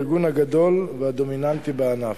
הארגון הגדול והדומיננטי בענף.